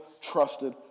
trusted